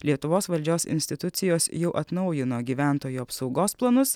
lietuvos valdžios institucijos jau atnaujino gyventojų apsaugos planus